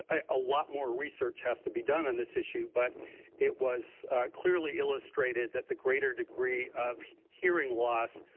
ah a lot more research has to be done on this issue but it was clearly illustrated that the greater degree of hearing loss,